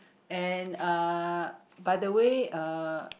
and uh by the way uh